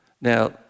Now